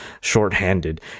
shorthanded